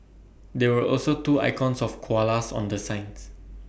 there were also two icons of koalas on the signs